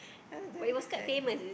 what the heck